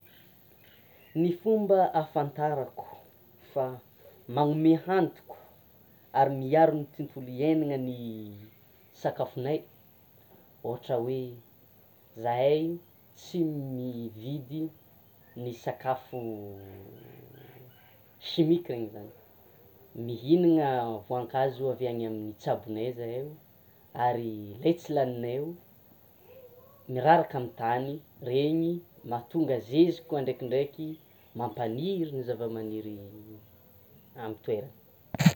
Ny fomba ahafantarako fa manome antoko ary miaro ny tontolo hiainana ny sakafonay, ohatra hoe zahay tsy mividy sakafo chimique zany, mihinana voankazo avy any amin'ny tsabonay zahaio, ary le tsy laninaio miraraka amin'ny tany reny mataonga zezika koa ndrekindreky mampaniry ny zavamaniry amin'ny toerana.